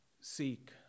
seek